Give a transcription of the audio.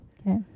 Okay